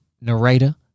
narrator